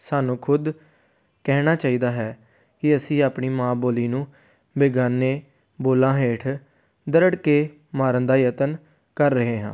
ਸਾਨੂੰ ਖੁਦ ਕਹਿਣਾ ਚਾਹੀਦਾ ਹੈ ਕਿ ਅਸੀਂ ਆਪਣੀ ਮਾਂ ਬੋਲੀ ਨੂੰ ਬੇਗਾਨੇ ਬੋਲਾਂ ਹੇਠ ਦਰੜ ਕੇ ਮਾਰਨ ਦਾ ਯਤਨ ਕਰ ਰਹੇ ਹਾਂ